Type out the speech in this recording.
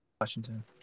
Washington